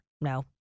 No